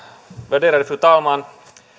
värderade fru talman